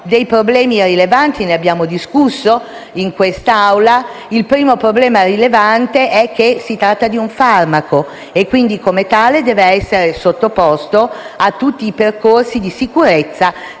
dei problemi rilevanti, di cui abbiamo discusso in quest'Aula. Il primo problema rilevante è che si tratta di un farmaco e, quindi, come tale deve essere sottoposto a tutti i percorsi di sicurezza